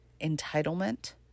entitlement